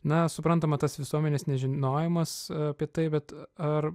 na suprantama tas visuomenės nežinojimas apie tai bet ar